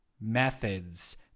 methods